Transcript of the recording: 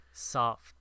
Soft